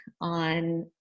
on